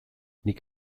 nik